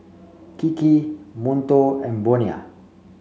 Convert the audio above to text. Kiki Monto and Bonia